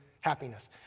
happiness